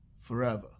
forever